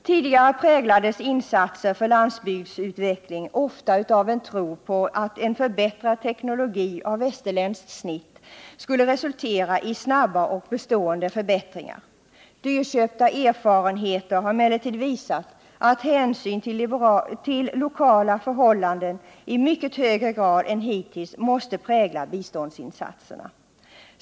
Tidigare präglades insatser för landsbygdsutveckling ofta av en tro på att en förbättrad teknologi av västerländskt snitt skulle resultera i snabba och bestående förbättringar. Dyrköpta erfarenheter har emellertid visat att hänsyn till lokala förhållanden i mycket högre grad än hittills måste prägla biståndsinsatserna.